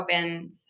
opens